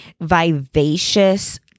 vivacious